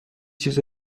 چیز